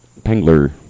Pengler